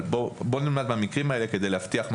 אבל בואו נלמד מהמקרים האלה כדי להבטיח את